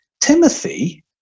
Timothy